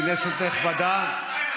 כנסת נכבדה,